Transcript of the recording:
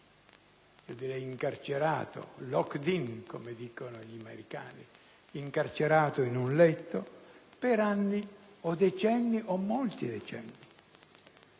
io direi incarcerato - *locked-in*, come dicono gli americani - in un letto per anni, decenni o molti decenni.